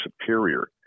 superior